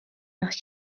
nach